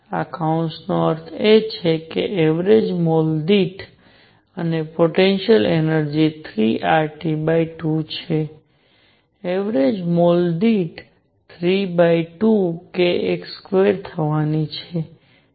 આ કૌંસ નો અર્થ એ છે કે એવરેજ મોલ દીઠ અને પોટેન્શિયલ એનર્જિ 3RT2 છે એવરેજ મોલ દીઠ 32kx2 થવાની છે